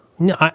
No